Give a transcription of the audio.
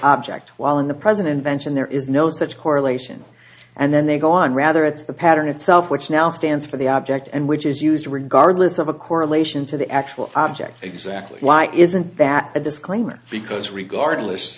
object while in the president mentioned there is no such correlation and then they go on rather it's the pattern itself which now stands for the object and which is used regardless of a correlation to the actual object exactly why isn't that a disclaimer because regardless